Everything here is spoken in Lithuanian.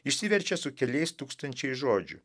išsiverčia su keliais tūkstančiais žodžių